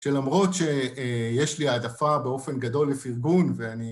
שלמרות שיש לי העדפה באופן גדול לפרגון ואני...